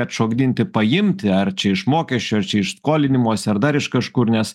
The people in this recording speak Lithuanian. atšokdinti paimti ar čia iš mokesčių ar čia iš skolinimosi ar dar iš kažkur nes